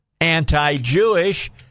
anti-Jewish